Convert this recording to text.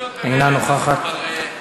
איננה נוכחת,